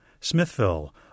Smithville